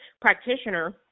practitioner